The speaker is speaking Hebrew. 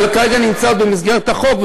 אבל כרגע אני נמצא עוד במסגרת החוק,